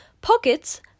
pockets